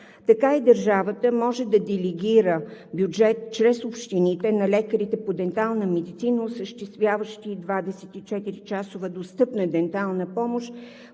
така държавата може да делегира бюджет чрез общините на лекарите по дентална медицина, осъществяващи 24-часова достъпна дентална помощ